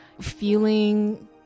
feeling